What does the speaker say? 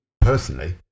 personally